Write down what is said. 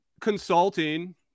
consulting